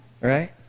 Right